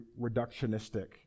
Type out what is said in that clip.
reductionistic